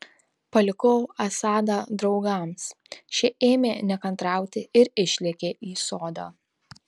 palikau asadą draugams šie ėmė nekantrauti ir išlėkė į sodą